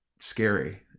Scary